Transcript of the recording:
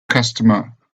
customer